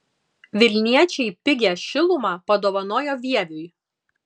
vilniečiai pigią šilumą padovanojo vieviui